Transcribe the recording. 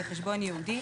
בחשבון ייעודי,